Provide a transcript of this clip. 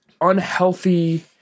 unhealthy